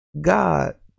God